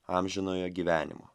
amžinojo gyvenimo